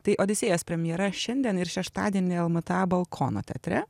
tai odisėjas premjera šiandien ir šeštadienį lmta balkono teatre